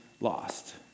lost